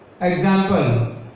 example